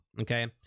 Okay